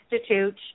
Institute